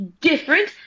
different